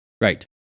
right